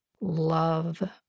love